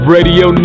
Radio